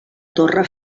torre